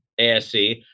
ASC